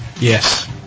Yes